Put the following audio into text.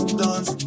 dance